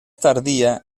tardía